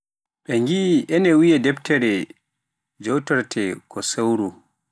ene wiyee deftere jogortee ko sawru